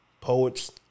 poets